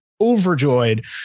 overjoyed